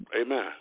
Amen